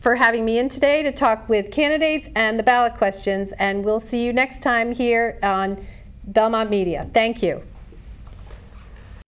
for having me in today to talk with candidates and about questions and we'll see you next time here on the media thank you